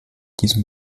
diesem